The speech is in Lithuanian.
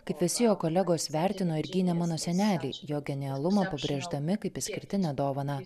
kaip visi jo kolegos vertino ir gynė mano senelį jo genialumą pabrėždami kaip išskirtinę dovaną